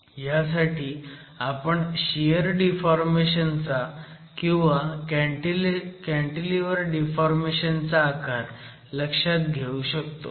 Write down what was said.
ह्यासाठी आपण shear deformation चा किंवा कँटीलिव्हर डिफॉर्मेशन चा आकार लक्षात घेऊ शकतो